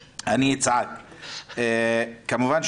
כמובן,